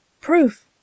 Proof